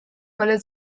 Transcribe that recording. wolle